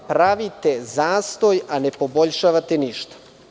Pravite zastoj, a ne poboljšavate ništa.